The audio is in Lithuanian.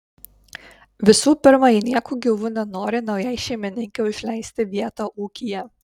visų pirma ji nieku gyvu nenori naujai šeimininkei užleisti vietą ūkyje